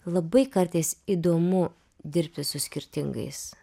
labai kartais įdomu dirbti su skirtingais